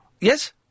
Yes